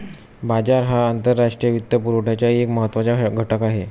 बाजार हा आंतरराष्ट्रीय वित्तपुरवठ्याचा एक महत्त्वाचा घटक आहे